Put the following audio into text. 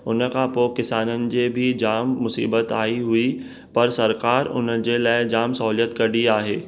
हुन खां पोइ किसाननि जे बि जामु मुसीबत आई हुई पर सरकार उन जे लाइ जामु सहूलियत कई आहे